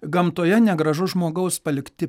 gamtoje negražu žmogaus palikti